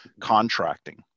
contracting